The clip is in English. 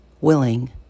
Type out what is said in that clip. willing